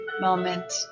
moment